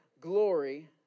glory